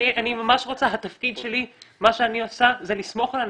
מה שאני עושה זה לסמוך על אנשים.